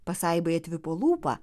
pasaibai atvipo lūpa